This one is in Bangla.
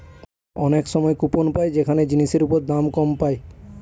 অনেক সময় কুপন পাই যেখানে জিনিসের ওপর দাম কম পায়